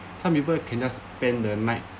some people can just spend the night